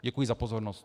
Děkuji za pozornost.